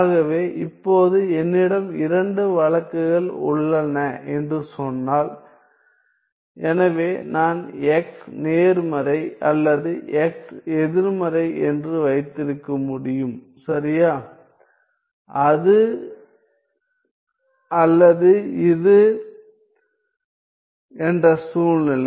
ஆகவே இப்போது என்னிடம் இரண்டு வழக்குகள் உள்ளன என்று சொன்னால்எனவே நான் x நேர்மறை அல்லது x எதிர்மறை என்று வைத்திருக்க முடியும் சரியா இது அல்லது அது என்ற சூழ்நிலை